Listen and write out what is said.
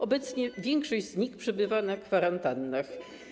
Obecnie większość z nich przebywa na kwarantannach.